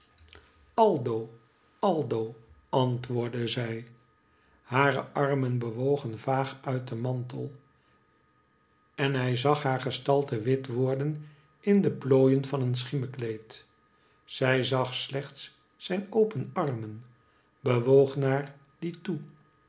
aldo antwoordde zij hare armen bewogen vaag uit den mantel en hij zag haar gesulte wit worden in de plooien van een schimmekleed zij zag slechts zijn open armen bewoog naar die toe